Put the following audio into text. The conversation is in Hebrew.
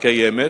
הקיימת,